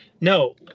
No